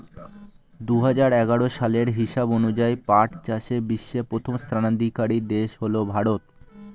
দুহাজার এগারো সালের হিসাব অনুযায়ী পাট চাষে বিশ্বে প্রথম স্থানাধিকারী দেশ হল ভারত